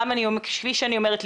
גם כפי שאני אומרת,